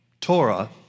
Torah